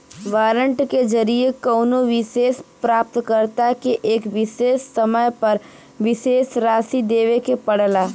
warrant के जरिये कउनो विशेष प्राप्तकर्ता के एक विशेष समय पर विशेष राशि देवे के पड़ला